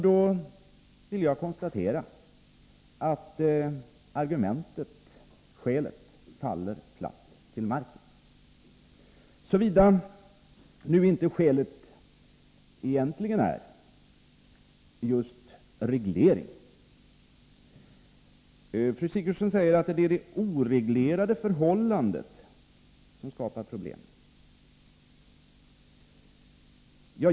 Då vill jag konstatera att statsrådets argument faller platt till marken — såvida inte skälet egentligen är just reglering. Fru Sigurdsen säger att det är det oreglerade förhållandet som skapar problem.